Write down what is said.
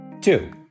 Two